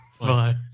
Bye